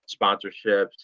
sponsorships